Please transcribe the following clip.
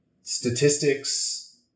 statistics